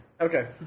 Okay